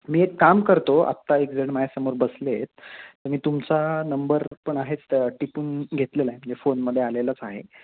मी एक काम करतो आत्ता एक जण माझ्यासमोर बसले आहेत तर मी तुमचा नंबर पण आहेच तर टिपून घेतलेला आहे म्हणजे फोनमध्ये आलेलंच आहे